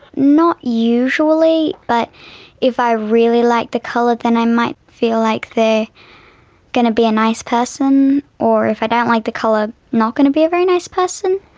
not usually. but if i really like the colour then i might feel like they're going to be a nice person or if i don't like the colour, not going to be a very nice person.